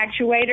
actuator